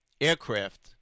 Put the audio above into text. aircraft